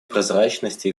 прозрачности